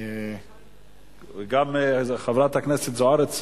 וגם חברת הכנסת זוארץ.